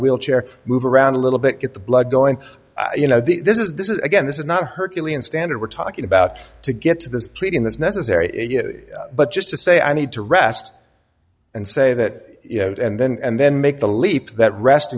wheelchair move around a little bit get the blood going you know this is this is again this is not hercules standard we're talking about to get to this pleading that's necessary but just to say i need to rest and say that and then and then make the leap that rest